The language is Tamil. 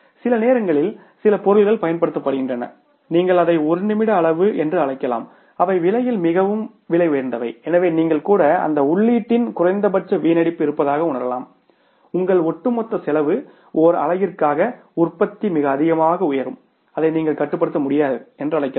சில நேரங்களில் சில பொருட்கள் பயன்படுத்தப்படுகின்றன நீங்கள் அதை ஒரு நிமிட அளவு என்று அழைக்கலாம் அவை விலையில் மிகவும் விலை உயர்ந்தவை எனவே நீங்கள் கூட அந்த உள்ளீட்டின் குறைந்தபட்ச வீணடிப்பு இருப்பதாக உணரலாம் உங்கள் ஒட்டுமொத்த செலவு ஒரு அழகிற்காக உற்பத்தி மிக அதிகமாக உயரும் அதை நீங்கள் கட்டுப்படுத்த முடியாதது என்று அழைக்கலாம்